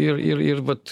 ir ir ir vat